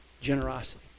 generosity